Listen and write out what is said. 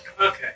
Okay